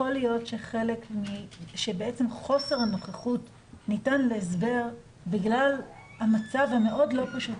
יכול להיות שחוסר הנוכחות ניתן להסבר בגלל המצב הלא פשוט